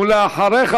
ואחריך,